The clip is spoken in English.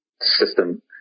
system